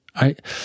right